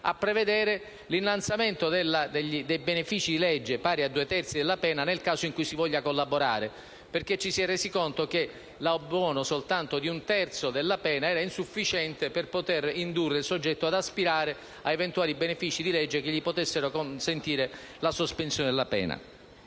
a prevedere l'innalzamento dei benefici di legge, pari a due terzi della pena nel caso in cui si voglia collaborare. Ci si è resi conto che l'abbuono solo di un terzo della pena era insufficiente per poter indurre il soggetto ad aspirare ad eventuali benefici di legge che gli potessero consentire la sospensione della pena.